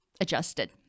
adjusted